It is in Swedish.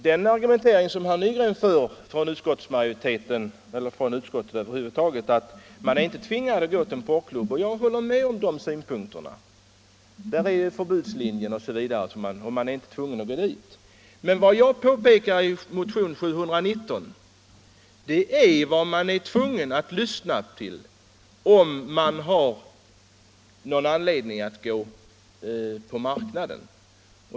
Den argumentering som herr Nygren för från utskottets sida är att man inte är tvingad att gå till en porrklubb, och jag håller med om de synpunkterna och om förbudslinjen osv. Man är inte tvungen att gå dit. Men vad jag påpekar i motionen 719 är vad man är tvungen att lyssna till om man av någon anledning besöker marknaden.